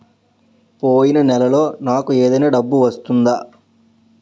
పోయిన నెలలో నాకు ఏదైనా డబ్బు వచ్చిందా?